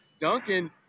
Duncan